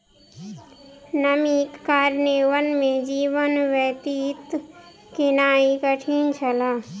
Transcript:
नमीक कारणेँ वन में जीवन व्यतीत केनाई कठिन छल